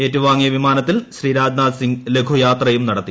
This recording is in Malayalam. ഏറ്റുവാങ്ങിയ വിമാനത്തിൽ ശ്രീ രാജ്നാഥ് സിംഗ് ലഘുയാത്രയും നടത്തി